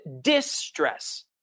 distress